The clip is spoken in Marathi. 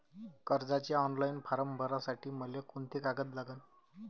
कर्जाचे ऑनलाईन फारम भरासाठी मले कोंते कागद लागन?